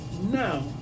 now